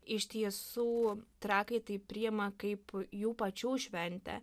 iš tiesų trakai tai priima kaip jų pačių šventę